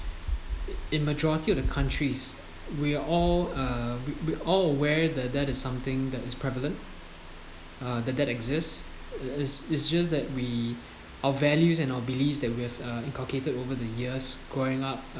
in majority of the countries we are all uh we we are all aware the that is something that is prevalent uh that that exists it is just that we our values and our beliefs that with uh inculcated over the years growing up